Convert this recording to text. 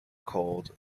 called